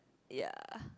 ya